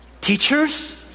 Teachers